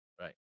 Right